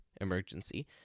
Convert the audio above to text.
emergency